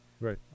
Right